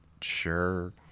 sure